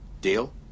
Deal